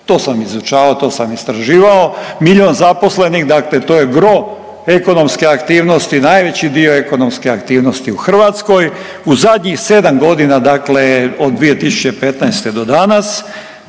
To sam izučavao, to sam istraživao. Milion zaposlenih, dakle to je gro ekonomske aktivnosti. Najveći dio ekonomske aktivnosti u Hrvatskoj, u zadnjih 7 godina. Dakle, od 2015. do danas,